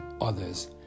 others